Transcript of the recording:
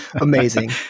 Amazing